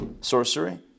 sorcery